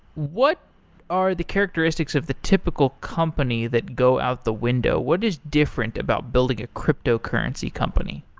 what are the characteristics of the typical company that go out the window? what is different about building a cryptocurrency company?